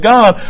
God